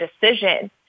decision